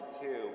two